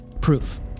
proof